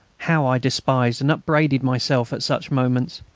how i despised and upbraided myself at such moments!